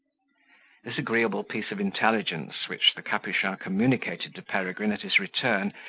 this agreeable piece of intelligence, which the capuchin communicated to peregrine at his return,